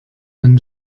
wenn